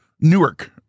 Newark